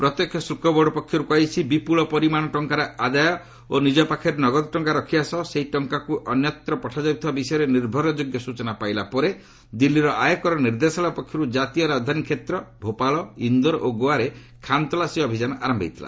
ପ୍ରତ୍ୟକ୍ଷ ଶୁଳ୍ପ ବୋର୍ଡ ପକ୍ଷରୁ କୁହାଯାଇଛି ବିପୁଳ ପରିମାଣର ଟଙ୍କା ଆଦାୟ ଓ ନିଜ ପାଖରେ ନଗଦ ଟଙ୍କା ରଖିବା ସହ ସେହି ଟଙ୍କାକୁ ଅନ୍ୟତ୍ର ପଠାଯାଉଥିବା ବିଷୟରେ ନିର୍ଭରଯୋଗ୍ୟ ସୂଚନା ପାଇଲା ପରେ ଦିଲ୍ଲୀର ଆୟକର ନିର୍ଦ୍ଦେଶାଳୟ ପକ୍ଷରୁ କାତୀୟ ରାଜଧାନୀ କ୍ଷେତ୍ର ଭୋପାଳ ଇନ୍ଦୋର ଓ ଗୋଆରେ ଖାନ୍ତଲାସି ଅଭିଯାନ ଆରମ୍ଭ ହୋଇଥିଲା